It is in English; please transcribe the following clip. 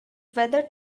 whether